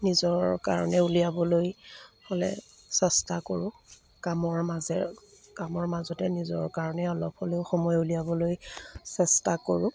নিজৰ কাৰণে উলিয়াবলৈ হ'লে চেষ্টা কৰো কামৰ মাজে কামৰ মাজতে নিজৰ কাৰণে অলপ হ'লেও সময় উলিয়াবলৈ চেষ্টা কৰো